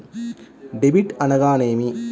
Debit అనగానేమి?